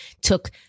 took